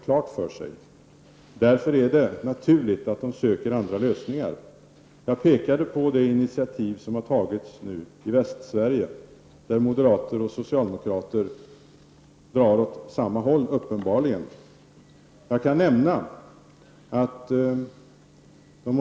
Jag är då tillsammans med miljöpartiet, vpk, centern och folkpartiet i denna kammare.